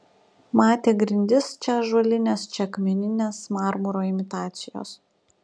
matė grindis čia ąžuolines čia akmenines marmuro imitacijos